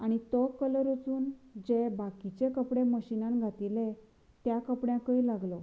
आनी तो कलर वचून जे बाकिचे कपडे मशिनांत घातिल्ले त्या कपड्यांकय लागलो